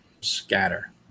scatter